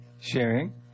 sharing